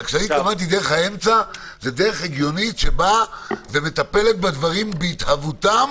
התכוונתי דרך האמצע שזאת דרך הגיונית שמטפלת בדברים בהתהוותם